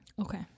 okay